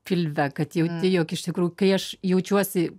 pilve kad jauti jog iš tikrųjų kai aš jaučiuosi